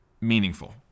meaningful